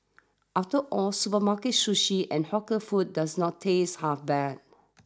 after all supermarket sushi and hawker food does not taste half bad